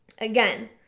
Again